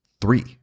three